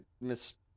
Miss